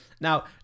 Now